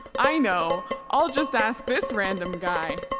i know, i'll just ask this random guy.